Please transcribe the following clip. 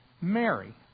Mary